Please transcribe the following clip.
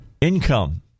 income